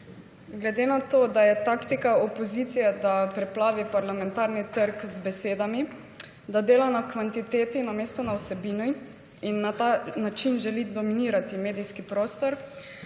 Glede na to da je taktika opozicije, da preplavi parlamentarni trg z besedami, da dela na kvantiteti, namesto na vsebini, in na ta način želi dominirati medijski prostor,